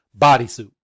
bodysuit